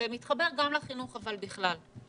וזה מתחבר גם לחינוך אבל בכלל: